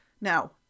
Now